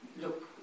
look